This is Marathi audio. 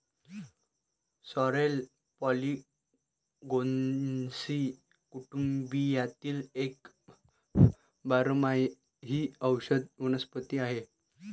सॉरेल पॉलिगोनेसी कुटुंबातील एक बारमाही औषधी वनस्पती आहे